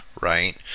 right